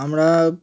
আমরা